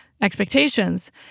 expectations